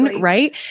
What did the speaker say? right